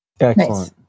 Excellent